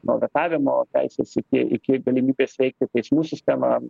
nuo vetavimo teisės iki iki galimybės veikti teismų sistemoje